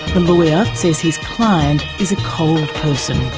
the lawyer says his client is a cold person.